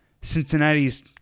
Cincinnati's